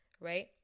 right